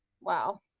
Wow